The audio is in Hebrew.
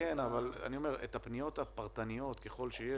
כן, אבל את הפניות הפרטניות, ככל שיש